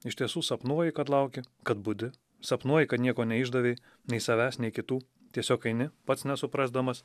iš tiesų sapnuoji kad lauki kad budi sapnuoji kad nieko neišdavei nei savęs nei kitų tiesiog eini pats nesuprasdamas